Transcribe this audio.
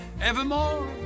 evermore